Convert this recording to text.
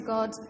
God